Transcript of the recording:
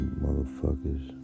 motherfuckers